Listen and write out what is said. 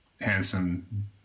handsome